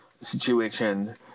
situation